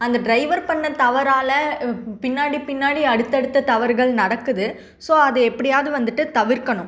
அந்த டிரைவர் பண்ண தவறால் பின்னாடி பின்னாடி அடுத்தடுத்த தவறுகள் நடக்குது ஸோ அது எப்படியாது வந்துவிட்டு தவிர்க்கணும்